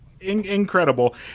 incredible